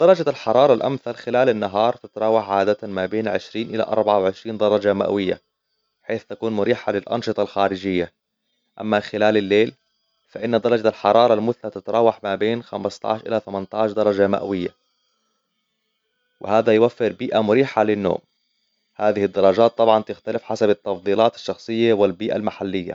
درجة الحرارة الأمثل خلال النهار تتراوح عادةً ما بين عشرين إلى اربعه وعشرين درجة مئوية، حيث تكون مريحة للأنشطة الخارجية. أما خلال الليل، فإن درجة الحرارة المثلي تتراوح ما بين خمستاش إلى تمنتاش درجة مئوية، وهذا يوفر بيئة مريحة للنوم. هذه الدرجات طبعاً تختلف حسب التفضيلات الشخصية والبيئة المحلية.